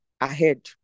ahead